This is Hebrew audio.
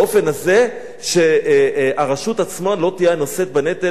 באופן הזה שהרשות עצמה לא תהיה היחידה